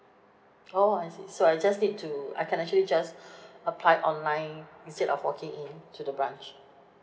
oh I see so I just need to I can actually just apply online instead of walking in to the branch